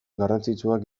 garrantzitsuak